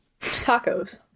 Tacos